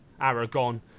Aragon